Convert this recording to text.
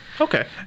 Okay